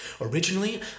Originally